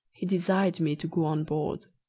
he desired me to go on board.